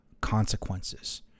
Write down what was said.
consequences